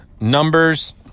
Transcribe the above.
numbers